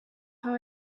how